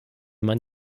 man